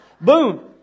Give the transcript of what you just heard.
Boom